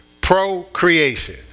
Procreation